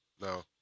No